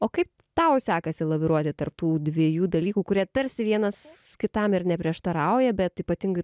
o kaip tau sekasi laviruoti tarp tų dviejų dalykų kurie tarsi vienas kitam ir neprieštarauja bet ypatingai